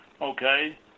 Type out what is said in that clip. Okay